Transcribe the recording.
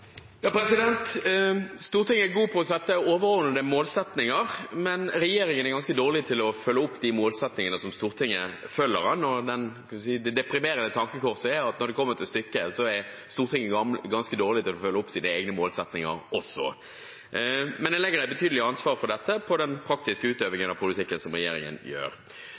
ganske dårlig til å følge opp målsettingene fra Stortinget. Det deprimerende tankekorset er at når det kommer til stykket, er Stortinget ganske dårlig til å følge opp sine egne målsettinger også. Men jeg legger et betydelig ansvar for dette på den praktiske utøvingen av politikken som regjeringen gjør.